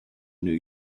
new